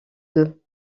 d’eux